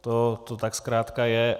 To tak zkrátka je.